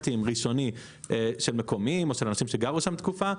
--- ראשוני של מקומיים או של אנשים שגרו שם תקופה,